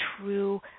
true